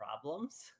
problems